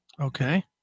Okay